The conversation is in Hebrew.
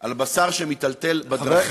על בשר שמיטלטל בדרכים,